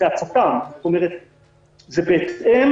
זה בהתאם